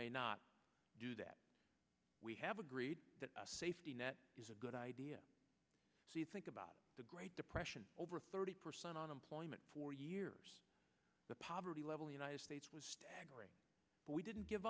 may not do that we have agreed that a safety net is a good idea so you think about the great depression over thirty percent unemployment for years the poverty level the united states was staggering but we didn't give